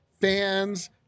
fans